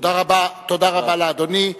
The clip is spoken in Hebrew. תודה רבה לאדוני.